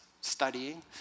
studying